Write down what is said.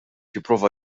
jipprova